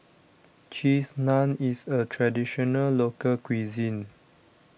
Cheese Naan is a Traditional Local Cuisine